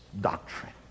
doctrine